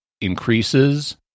increases